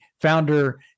founder